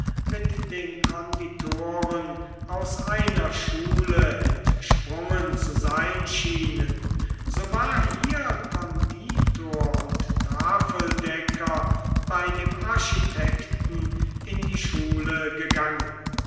mit den konditoren aus einer schule entsprungen zu sein schienen so war hier konditor und tafeldecker bei dem architekten in die schule gegangen